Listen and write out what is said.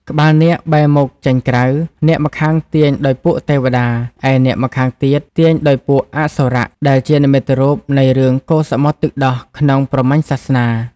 ក្បាលនាគបែរមុខចេញក្រៅ នាគម្ខាងទាញដោយពួកទេវតា ឯនាគម្ខាងទៀតទាញដោយពួកអសុរៈ ដែលជានិមិត្តរូបនៃរឿងកូរសមុទ្រទឹកដោះក្នុងព្រហ្មញ្ញសាសនា ។